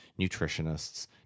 nutritionists